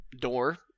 door